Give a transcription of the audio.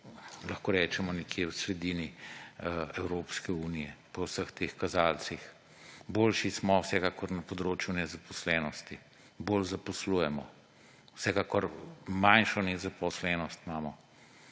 lahko rečemo, nekje v sredini Evropske unije po vseh teh kazalcih. Boljši smo vsekakor na področju nezaposlenosti, bolj zaposlujemo, vsekakor imamo manjšo nezaposlenost,